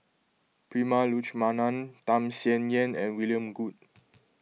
Prema Letchumanan Tham Sien Yen and William Goode